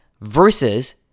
versus